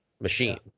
machine